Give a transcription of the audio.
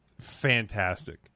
fantastic